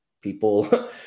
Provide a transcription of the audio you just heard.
people